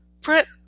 print